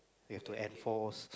you have to enforce